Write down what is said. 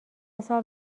سال